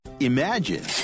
imagine